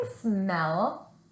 smell